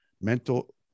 mental